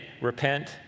repent